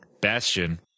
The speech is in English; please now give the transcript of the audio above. bastion